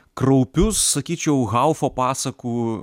kraupius sakyčiau haufo pasakų